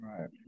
right